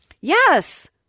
Yes